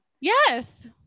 Yes